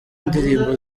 indirimbo